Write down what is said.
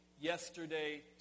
yesterday